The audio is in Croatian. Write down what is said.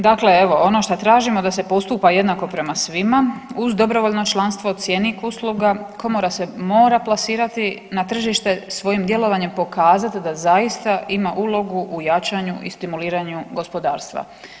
Dakle, evo, ono šta tražimo, da se postupa jednako prema svima, uz dobrovoljno članstvo, cjenik usluga, Komora se mora plasirati na tržište svojim djelovanjem pokazati da zaista ima ulogu u jačanju i stimuliranju gospodarstva.